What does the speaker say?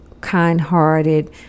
kind-hearted